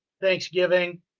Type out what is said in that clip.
thanksgiving